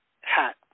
hat